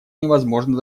невозможно